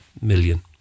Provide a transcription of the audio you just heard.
million